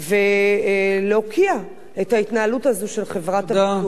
ולהוקיע את ההתנהלות הזאת של חברת הביטוח.